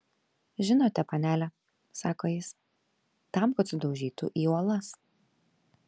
žinote panele sako jis tam kad sudaužytų į uolas